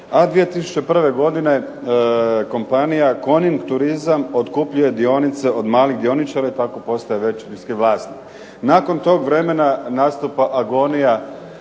a 2001. godine kompanija Coning turizam otkupljuje dionice od malih dioničara i tako postaje većinski vlasnik. Nakon tog vremena nastupa agonija